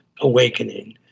awakening